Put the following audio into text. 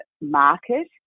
market